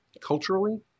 culturally